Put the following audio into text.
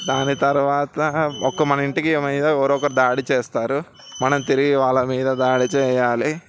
దాని తరువాత ఒక మన ఇంటికి మీద ఎవరో ఒకరు దాడి చేస్తారు మనం తిరిగి వాళ్ళ మీద దాడి చేయాలి